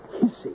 hissing